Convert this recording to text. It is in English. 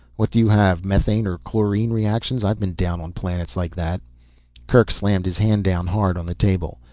what do you have methane or chlorine reactions? i've been down on planets like that kerk slammed his hand down hard on the table.